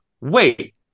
wait